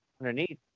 underneath